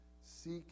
seek